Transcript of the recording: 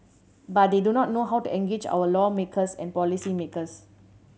but they do not know how to engage our lawmakers and policymakers